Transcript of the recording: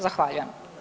Zahvaljujem.